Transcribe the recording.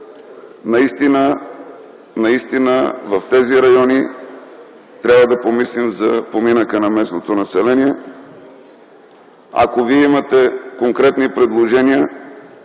Наистина в тези райони трябва да помислим за поминъка на местното население. Ако Вие имате конкретни, коректни